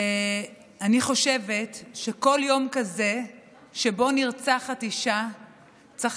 אני חושבת שכל יום כזה שבו נרצחת אישה צריך